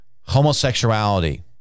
homosexuality